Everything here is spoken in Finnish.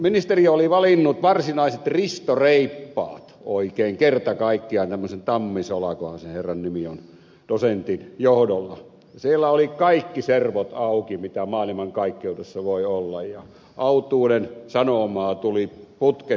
ministeriö oli valinnut sinne varsinaiset ristoreippaat oikein kerta kaikkiaan tämmöisen tammisolakohan sen herran nimi on dosentin johdolla ja siellä oli kaikki servot auki mitä maailmankaikkeudessa voi olla ja autuuden sanomaa tuli putken täydeltä